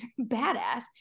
badass